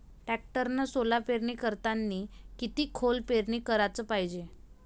टॅक्टरनं सोला पेरनी करतांनी किती खोल पेरनी कराच पायजे?